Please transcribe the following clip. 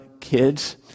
kids